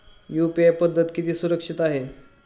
UPI पद्धत किती सुरक्षित आहे?